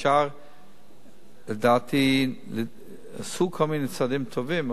עשו כל מיני צעדים טובים,